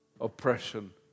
Oppression